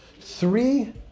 three